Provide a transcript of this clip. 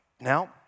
Now